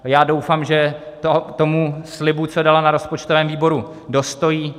Já doufám, že tomu slibu, co dala na rozpočtovém výboru, dostojí.